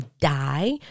die